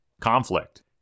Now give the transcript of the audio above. Conflict